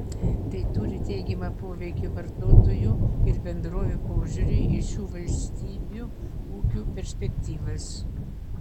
tai turi teigiamą poveikį vartotojų ir bendrovių požiūriui į šių valstybių ūkių perspektyvas